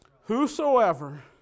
Whosoever